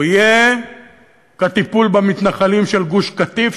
תהיה כטיפול במתנחלים של גוש-קטיף,